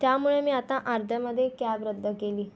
त्यामुळे मी आता अर्ध्यामध्ये कॅब रद्द केली